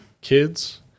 kids